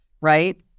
right